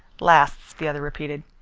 lasts, the other repeated.